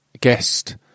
guest